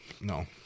No